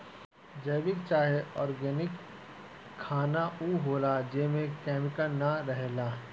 जैविक चाहे ऑर्गेनिक खाना उ होला जेमे केमिकल ना रहेला